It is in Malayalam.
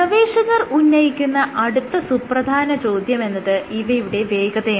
ഗവേഷകർ ഉന്നയിക്കുന്ന അടുത്ത സുപ്രധാന ചോദ്യമെന്നത് ഇവയുടെ വേഗതയാണ്